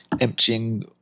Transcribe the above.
Emptying